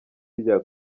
rya